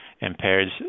impairs